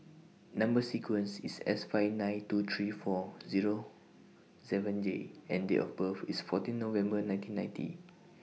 Number sequence IS S five nine two three four Zero seven J and Date of birth IS fourteen November nineteen ninety